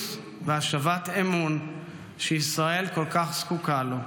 והשבת אמון שישראל כל כך זקוקה לו.